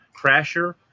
Crasher